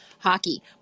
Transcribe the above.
hockey